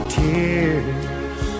tears